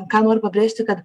ką noriu pabrėžti kad